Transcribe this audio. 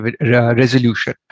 resolution